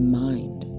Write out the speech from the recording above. mind